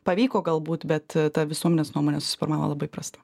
pavyko galbūt bet ta visuomenės nuomonė susiformavo labai prasta